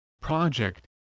Project